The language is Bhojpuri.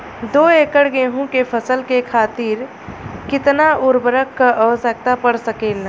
दो एकड़ गेहूँ के फसल के खातीर कितना उर्वरक क आवश्यकता पड़ सकेल?